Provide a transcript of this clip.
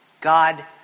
God